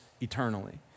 eternally